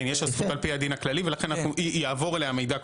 יש לה זכות על פי הדין הכללי ולכן יעבור אליה מידע,